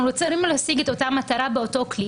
אנחנו רוצים להשיג את אותה מטרה באותו כלי